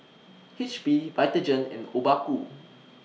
H P Vitagen and Obaku